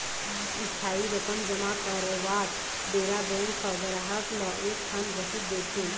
इस्थाई रकम जमा करवात बेरा बेंक ह गराहक ल एक ठन रसीद देथे